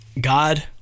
God